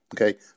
Okay